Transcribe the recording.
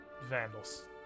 vandals